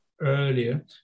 earlier